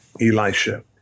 Elisha